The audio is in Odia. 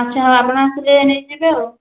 ଆଚ୍ଛା ଆଉ ଆପଣ ଆସିଲେ ନେଇଯିବେ ଆଉ